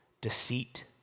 deceit